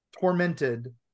tormented